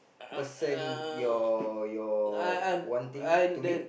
person you're you're wanting to meet